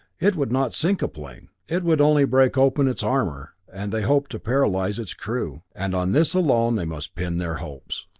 it would not sink a plane. it would only break open its armor, and they hoped, paralyze its crew. and on this alone they must pin their hopes.